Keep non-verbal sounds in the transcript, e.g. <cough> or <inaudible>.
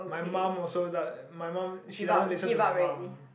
my mum also <noise> my mum she doesn't listen to my mum